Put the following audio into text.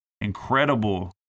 Incredible